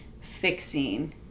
fixing